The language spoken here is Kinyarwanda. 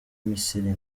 misiri